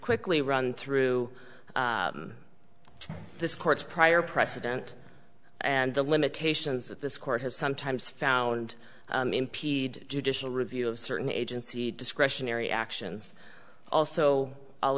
quickly run through this court's prior precedent and the limitations that this court has sometimes found impede judicial review of certain agency discretionary actions also i'll